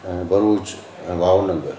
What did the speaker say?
Bharuch Bhavnagar